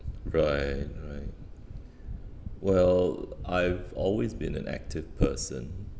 right right well I've always been an active person